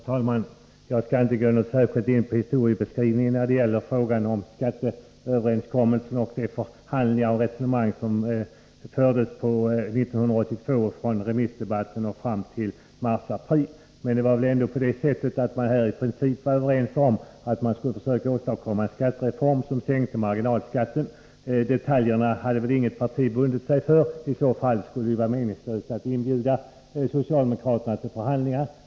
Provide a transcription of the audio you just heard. Herr talman! Jag skall inte gå in på någon närmare historiebeskrivning när det gäller frågan om skatteöverenskommelsen och de förhandlingar och resonemang som fördes 1982 från remissdebatten och fram till mars-april. I princip var man emellertid överens om att söka åstadkomma en skattereform som innebar en sänkning av marginalskatten. Detaljerna hade väl inget parti bundit sig för. I så fall hade det varit meningslöst att inbjuda socialdemokraterna till förhandlingar.